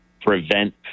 Prevent